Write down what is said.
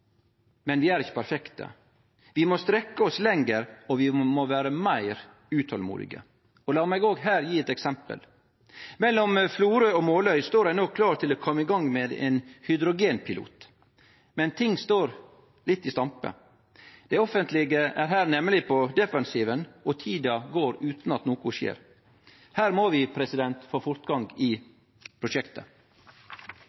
men vi er ikkje perfekte. Vi må strekkje oss lenger, og vi må vere meir utolmodige. Lat meg òg her gje eit eksempel: Mellom Florø og Måløy står ein no klar til å kome i gang med ein hydrogenpilot, men ting står litt i stampe. Det offentlege er her nemleg på defensiven, og tida går utan at noko skjer. Her må vi få fortgang i